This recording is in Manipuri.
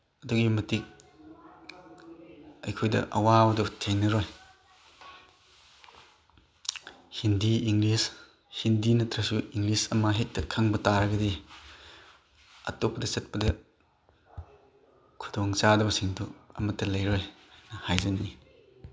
ꯑꯗꯨꯛꯀꯤ ꯃꯇꯤꯛ ꯑꯩꯈꯣꯏꯗ ꯑꯋꯥꯕꯗꯨ ꯊꯦꯡꯅꯔꯣꯏ ꯍꯤꯟꯗꯤ ꯏꯪꯂꯤꯁ ꯍꯤꯟꯗꯤ ꯅꯠꯇ꯭ꯔꯁꯨ ꯏꯪꯂꯤꯁ ꯑꯃ ꯍꯦꯛꯇ ꯈꯪꯕ ꯇꯥꯔꯒꯗꯤ ꯑꯇꯣꯞꯄꯗ ꯆꯠꯄꯗ ꯈꯨꯗꯣꯡꯆꯥꯗꯕꯁꯤꯡꯗꯨ ꯑꯃꯠꯇ ꯂꯩꯔꯣꯏꯅ ꯍꯥꯏꯖꯅꯤꯡꯏ